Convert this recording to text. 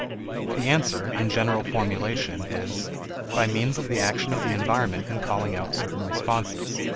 the answer, in general formulation, is by means of the action of the environment in calling out certain responses.